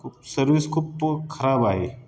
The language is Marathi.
खूप सर्विस खूप खराब आहे